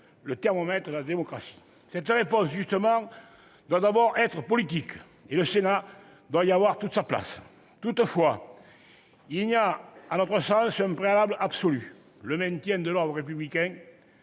le thermomètre de la démocratie. Cette réponse, justement, doit être d'abord politique. Et le Sénat doit y avoir toute sa place. Toutefois, il y a, à notre sens, un préalable absolu : le maintien de l'ordre républicain.